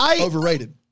Overrated